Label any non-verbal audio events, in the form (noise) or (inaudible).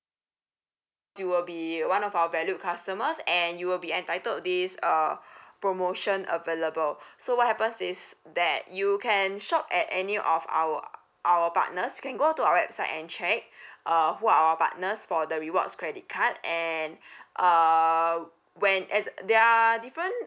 you will be one of our valued customers and you will be entitled this uh (breath) promotion available so what happens is that you can shop at any of our our partners you can go to our website and check (breath) uh who are our partners for the rewards credit card and (breath) uh when as a there are different